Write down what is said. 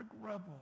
rebel